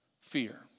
Fear